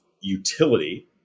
utility